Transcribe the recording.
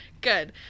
Good